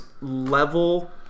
level